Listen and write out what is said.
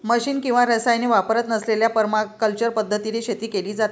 machine किंवा रसायने वापरत नसलेल्या परमाकल्चर पद्धतीने शेती केली जाते